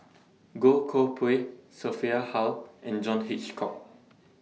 Goh Koh Pui Sophia Hull and John Hitchcock